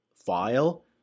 file